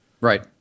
Right